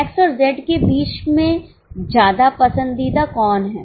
X और Z के बीच में ज्यादा पसंदीदा कौन है